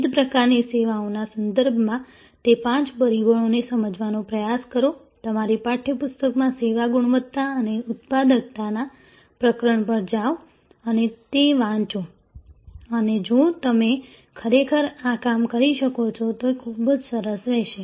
વિવિધ પ્રકારની સેવાઓના સંદર્ભમાં તે પાંચ પરિબળોને સમજવાનો પ્રયાસ કરો તમારી પાઠ્યપુસ્તકમાં સેવાની ગુણવત્તા અને ઉત્પાદકતાના પ્રકરણ પર જાઓ અને તે વાંચો અને જો તમે ખરેખર આ કામ કરી શકો તો તે ખૂબ સરસ રહેશે